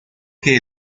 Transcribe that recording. que